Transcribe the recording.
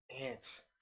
Ants